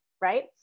right